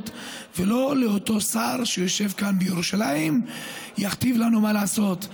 ולא לאותו שר שיושב כאן בירושלים ויכתיב לנו מה לעשות,